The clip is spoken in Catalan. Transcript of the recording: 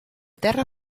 terra